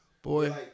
Boy